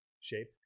shape